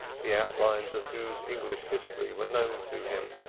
the outlines of whose english history were known to him.